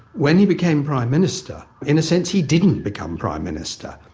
when he became prime minister, in a sense he didn't become prime minister,